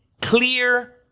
Clear